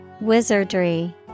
Wizardry